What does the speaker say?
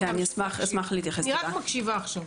אני רק מקשיבה עכשיו.